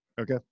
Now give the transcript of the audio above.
Okay